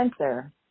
answer